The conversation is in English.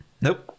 Nope